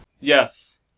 Yes